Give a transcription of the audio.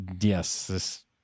Yes